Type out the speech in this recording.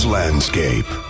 landscape